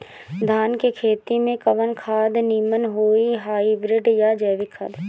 धान के खेती में कवन खाद नीमन होई हाइब्रिड या जैविक खाद?